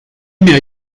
mir